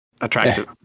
attractive